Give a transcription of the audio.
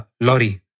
lorry